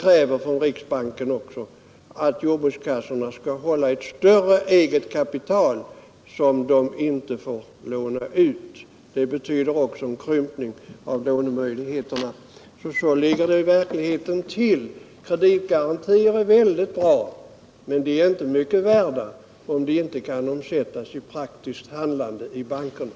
Riksbanken kräver också att jordbrukskassorna skall hålla ett större eget kapital, som de inte får låna ut. Det betyder också en krympning av lånemöjligheterna. Så ligger det i verkligheten till. Kreditgarantier är mycket bra, men de är inte mycket värda om de inte kan omsättas i praktiskt handlande i bankerna.